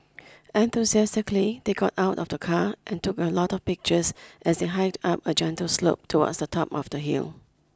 enthusiastically they got out of the car and took a lot of pictures as they hiked up a gentle slope towards the top of the hill